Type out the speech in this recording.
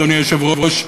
אדוני היושב-ראש,